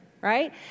right